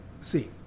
see